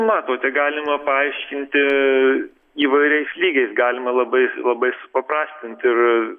matote galima paaiškinti įvairiais lygiais galima labai labai supaprastint ir